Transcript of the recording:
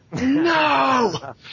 No